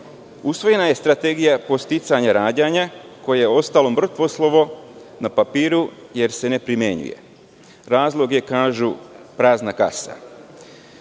usvojena je Strategija podsticanja rađanja koje je ostalo mrtvo slovo na papiru, jer se ne primenjuje. Razlog je kažu prazna